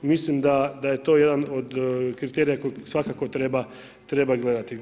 Mislim da je to jedan od kriterija koji svakako treba gledati.